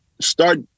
start